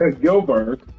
Gilbert